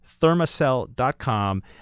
Thermacell.com